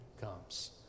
comes